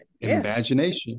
Imagination